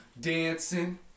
Dancing